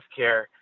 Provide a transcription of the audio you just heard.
healthcare